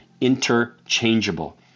interchangeable